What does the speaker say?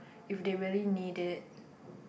if they really need it